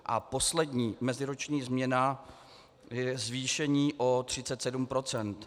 A poslední meziroční změna je zvýšení o 37 %.